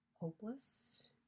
hopeless